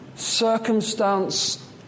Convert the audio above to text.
circumstance